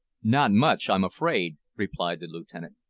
not much, i'm afraid, replied the lieutenant.